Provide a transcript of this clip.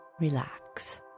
Relax